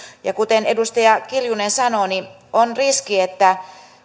ja kuten edustaja kiljunen sanoi on riski että